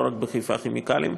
לא רק בחיפה כימיקלים,